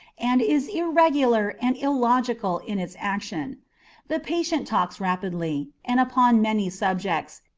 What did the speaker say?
and is irregular and illogical in its action the patient talks rapidly, and upon many subjects,